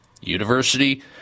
University